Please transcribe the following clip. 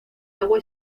agua